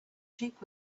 sheep